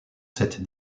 cette